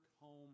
home